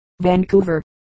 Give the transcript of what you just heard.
Vancouver